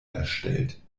erstellt